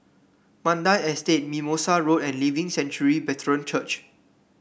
Mandai Estate Mimosa Road and Living Sanctuary Brethren Church